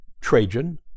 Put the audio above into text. Trajan